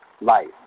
life